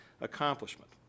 accomplishment